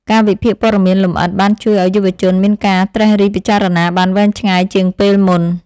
ការវិភាគព័ត៌មានលម្អិតបានជួយឱ្យយុវជនមានការត្រិះរិះពិចារណាបានវែងឆ្ងាយជាងពេលមុន។